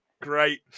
great